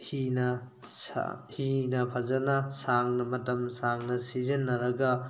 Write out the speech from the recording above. ꯍꯤꯅ ꯍꯤꯅ ꯐꯖꯅ ꯁꯥꯡꯅ ꯃꯇꯝ ꯁꯥꯡꯅ ꯁꯤꯖꯤꯟꯅꯔꯒ